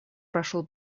прошел